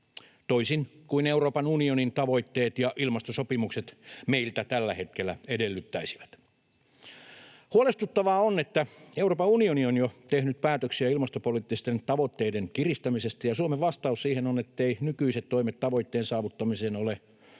toisin kuin Euroopan unionin tavoitteet ja ilmastosopimukset meiltä tällä hetkellä edellyttäisivät. Huolestuttavaa on, että Euroopan unioni on jo tehnyt päätöksiä ilmastopoliittisten tavoitteiden kiristämisestä ja Suomen vastaus siihen on, etteivät nykyiset toimet tavoitteen saavuttamiseen ole riittäviä